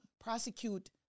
prosecute